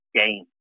game